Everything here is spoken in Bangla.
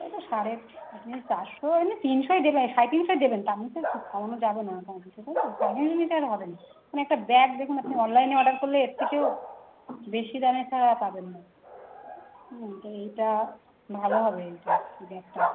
ওই তো সাড়ে আপনি চারশো না তিনশোই দেবেন সাড়ে তিনশোই দেবেন তার মধ্যে কমানো যাবে না হ্যাঁ ঠিক আছে সাড়ে তিনশোর নিচে আর হবে না না একটা ব্যাগ দেখুন না আপনি অনলাইনে অর্ডার করলে এর থেকেও বেশি দামে ছাড়া পাবেন না হুম তো এইটা ভালো হবে এইটা এই ব্যাগটা